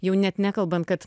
jau net nekalbant kad